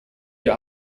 ihr